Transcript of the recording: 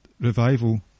Revival